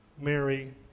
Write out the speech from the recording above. Mary